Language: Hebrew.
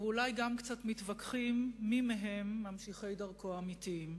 ואולי גם קצת מתווכחים מי מהם ממשיכי דרכו האמיתיים,